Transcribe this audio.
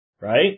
Right